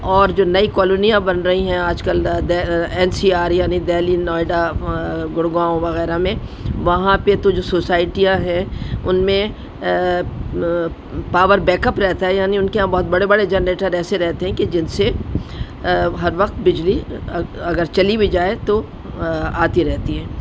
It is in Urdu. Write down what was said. اور جو نئی کالونیاں بن رہی ہیں آج کل این سی آر یعنی دہلی نوئیڈا گڑگاؤں وغیرہ میں وہاں پہ تو جو سوسائٹیاں ہیں ان میں پاور بیک اپ رہتا ہے یعنی ان کے یہاں بہت بڑے بڑے جنریٹر ایسے رہتے ہیں کہ جن سے ہر وقت بجلی اگر چلی بھی جائے تو آتی رہتی ہے